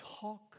talk